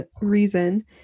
reason